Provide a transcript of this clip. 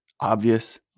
obvious